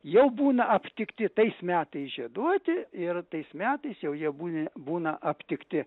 jau būna aptikti tais metais žieduoti ir tais metais jau jie būna būna aptikti